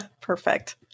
Perfect